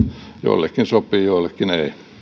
joillekin sopii joillekin